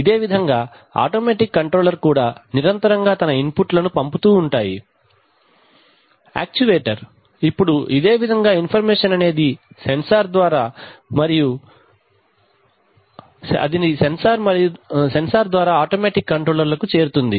ఇదేవిధంగా automatic controller కూడా నిరంతరంగా తన ఇన్ పుట్ లను పంపుతూ ఉంటాయి యాక్చువేటర్ ఇప్పుడు ఇదేవిధంగా ఇన్ఫర్మేషన్ అనేది సెన్సార్ మరియు ద్వారా ఆటోమేటిక్ కంట్రోలర్స్ కు చేరుతుంది